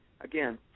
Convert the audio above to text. again